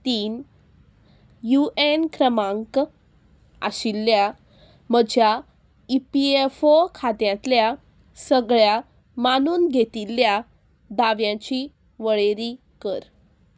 तीन U N क्रमांक आशिल्ल्या म्हज्या ई पी एफ ओ खात्यांतल्या सगळ्या मानून घेतिल्ल्या दाव्यांची वळेरी कर